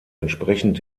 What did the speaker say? entsprechend